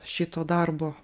šito darbo